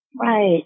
Right